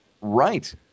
right